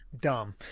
dumb